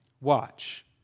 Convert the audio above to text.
Watch